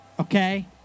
Okay